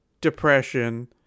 depression